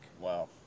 wow